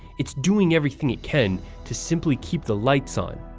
it's doing everything it can to simply keep the lights on.